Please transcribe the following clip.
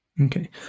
Okay